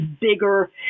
bigger